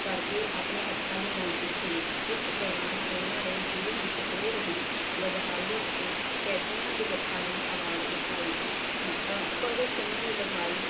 ਕਰਕੇ ਆਪਣੇ ਹੱਕਾਂ ਦੀ ਮੰਗ ਕੀਤੀ ਇਸ ਦੌਰਾਨ ਉਹਨਾਂ ਨੇ ਜੇਲ ਵਿੱਚ ਹੋ ਰਹੀ ਬਦਹਾਲੀ ਅਤੇ ਕੈਦੀਆਂ ਦੇ ਹੱਕਾਂ ਲਈ ਆਵਾਜ਼ ਉਠਾਈ ਭਗਤ ਸਿੰਘ ਦੀ ਲਿਖਾਈ